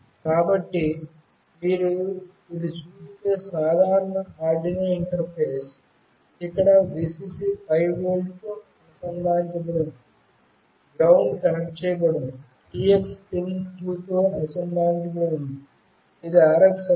కాబట్టి మీరు చూస్తే ఇది సాధారణ Arduino ఇంటర్ఫేస్ ఇక్కడ Vcc 5 వోల్ట్కు అనుసంధానించబడి ఉంది గ్రౌండ్ కనెక్ట్ చేయబడింది TX పిన్ 2 తో అనుసంధానించబడి ఉంది ఇది RX అవుతుంది